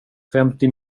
femtio